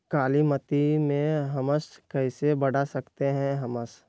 कालीमती में हमस कैसे बढ़ा सकते हैं हमस?